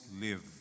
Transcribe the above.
live